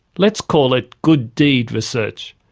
let's call it good deed research.